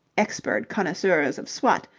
expert connoisseurs of swat,